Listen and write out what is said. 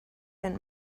and